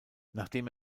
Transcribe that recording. nachdem